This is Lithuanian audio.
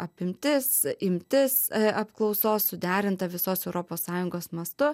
apimtis imtis apklausos suderinta visos europos sąjungos mastu